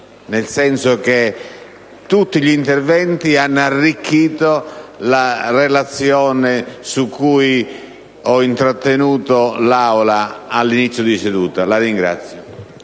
nel senso che tutti gli interventi hanno arricchito la relazione su cui ho intrattenuto l'Aula all'inizio di seduta. *(Applausi